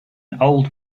old